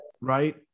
right